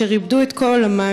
אשר איבדו את כל עולמם,